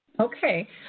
Okay